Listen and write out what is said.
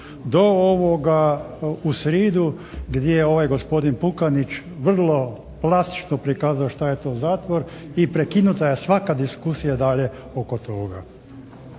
do ovoga "U sridu" gdje ovaj gospodin Pukanić vrlo klasično prikazao šta je to zatvor i prekinuta je svaka diskusija dalje oko toga.